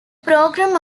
programme